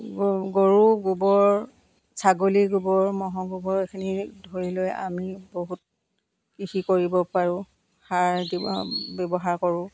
গৰু গোবৰ ছাগলী গোবৰ ম'হৰ গোবৰ এইখিনি ধৰি লৈ আমি বহুত কৃষি কৰিব পাৰোঁ সাৰ দি ব্যৱহাৰ কৰোঁ